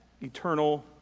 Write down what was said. eternal